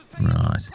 right